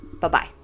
Bye-bye